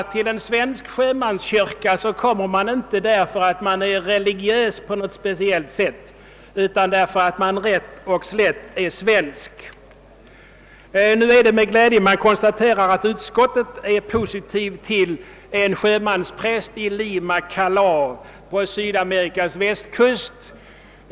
Till en svensk sjömanskyrka kommer människorna inte i första hand därför att de är religiösa på något speciellt sätt, utan rätt och slätt därför att de är svenskar. Det är med glädje jag konstaterar att utskottet ställer sig positivt till inrättandet av ytterligare en tjänst som sjömanspräst i Lima-Callao på Sydamerikas västkust.